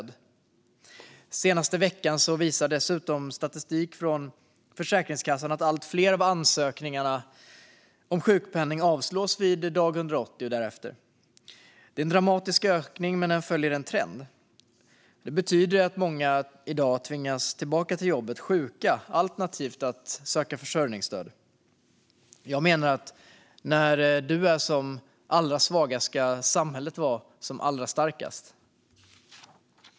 Den senaste veckan visar dessutom statistik från Försäkringskassan att allt fler av ansökningarna om sjukpenning avslås vid dag 180 och därefter. Det är en dramatisk ökning, men den följer en trend. Det betyder att många i dag tvingas tillbaka till jobbet fast de är sjuka alternativt får söka försörjningsstöd. När du är som allra svagast ska samhället vara som allra starkast, menar jag.